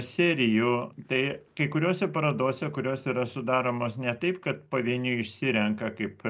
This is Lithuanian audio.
serijų tai kai kuriose parodose kurios yra sudaromos ne taip kad pavieniui išsirenka kaip